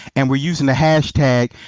and we are using the hashtag